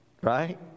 Right